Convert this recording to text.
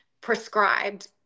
prescribed